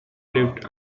lived